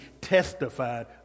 testified